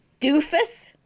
Doofus